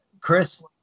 Chris